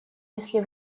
если